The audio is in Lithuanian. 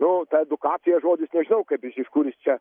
nu ta edukacija žodžis nežinau kaip kuris čia